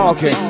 Okay